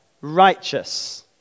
righteous